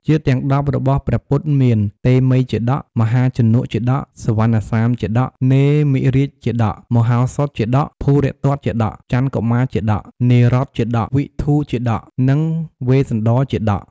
ជាតិទាំង១០របស់ព្រះពុទ្ធមាន៖ តេមិយជាតក, មហាជនកជាតក, សុវណ្ណសាមជាតក, នេមិរាជជាតក, មហោសថជាតក, ភូរិទត្តជាតក, ចន្ទកុមារជាតក, នារទជាតក, វិធូរជាតក និងវេស្សន្តរជាតក។